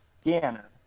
Scanner